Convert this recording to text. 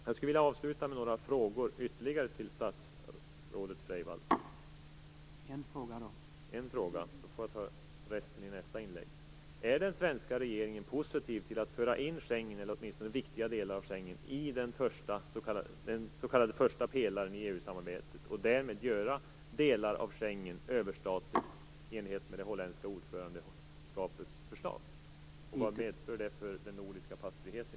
Jag skulle vilja avsluta med några ytterligare frågor till statsrådet Freivalds. Är den svenska regeringen positiv till att föra in Schengensamarbetet eller åtminstone viktiga delar av det i den s.k. första pelaren i EU-samarbetet och därmed göra delar av Schengensamarbetet överstatligt, i enlighet med det holländska ordförandeskapets förslag? Vad medför det i så fall för den nordiska passfriheten?